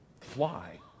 fly